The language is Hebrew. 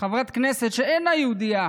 שחברת כנסת שאינה יהודייה